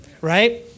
Right